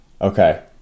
Okay